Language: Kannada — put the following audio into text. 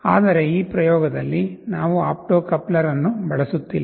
ಆದರೆ ಈ ಪ್ರಯೋಗದಲ್ಲಿ ನಾವು ಆಪ್ಟೋ ಕಪ್ಲರ್ ಅನ್ನು ಬಳಸುತ್ತಿಲ್ಲ